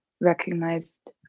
recognized